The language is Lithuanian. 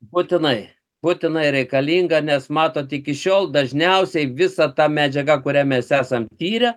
būtinai būtinai reikalinga nes matot iki šiol dažniausiai visa ta medžiaga kurią mes esam tyrę